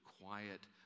quiet